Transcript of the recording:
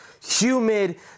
humid